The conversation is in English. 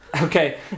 Okay